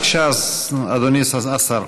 בבקשה, אדוני השר.